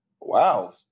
wow